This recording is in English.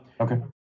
Okay